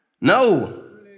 No